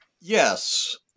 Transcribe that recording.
Yes